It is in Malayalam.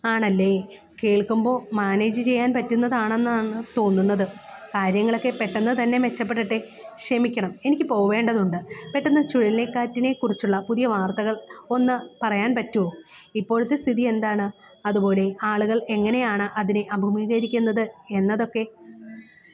ആണല്ലേ കേൾക്കുമ്പോൾ മാനേജ് ചെയ്യാൻ പറ്റുന്നതാണെന്നാണ് തോന്നുന്നത് കാര്യങ്ങളൊക്കെ പെട്ടെന്ന് തന്നെ മെച്ചപ്പെടട്ടെ ക്ഷമിക്കണം എനിക്ക് പോവേണ്ടതുണ്ട് പെട്ടെന്ന് ചുഴലിക്കാറ്റിനെ കുറിച്ചുള്ള പുതിയ വാർത്തകൾ ഒന്ന് പറയാൻ പറ്റുമോ ഇപ്പോഴത്തെ സ്ഥിതി എന്താണ് അതുപോലെ ആളുകൾ എങ്ങനെയാണ് അതിനെ അഭിമുഖീകരിക്കുന്നത് എന്നതൊക്കെ